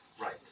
right